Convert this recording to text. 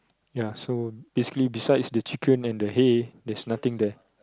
ya so basically besides the chicken and the hay there's nothing there